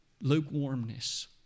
Lukewarmness